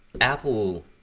Apple